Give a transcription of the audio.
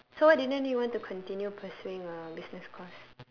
so why didn't you want to continue pursuing a business course